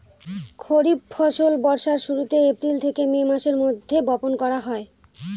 খরিফ ফসল বর্ষার শুরুতে, এপ্রিল থেকে মে মাসের মধ্যে, বপন করা হয়